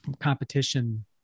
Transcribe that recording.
competition